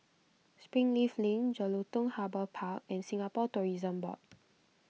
Springleaf Link Jelutung Harbour Park and Singapore Tourism Board